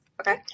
Okay